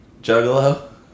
juggalo